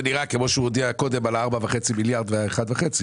נראה כפי שהודיע קודם על ה-4.5 מיליארד ו-1.5.